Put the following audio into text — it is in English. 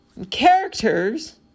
Characters